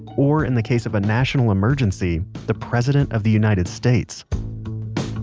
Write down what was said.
or in the case of a national emergency the president of the united states